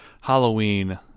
Halloween